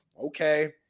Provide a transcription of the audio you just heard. Okay